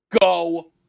go